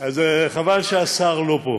אז חבל שהשר לא פה.